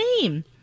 name